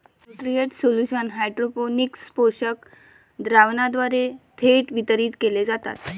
nutrient solution hydroponics पोषक द्रावणाद्वारे थेट वितरित केले जातात